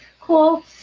cool